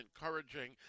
encouraging